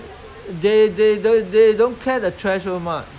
start quarreling I mean you try to snatch back all these thing